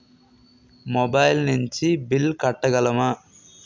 Mobile నుంచి bill కట్టగలమ?